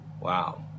Wow